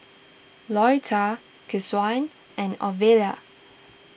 Lolita Keshaun and Ovila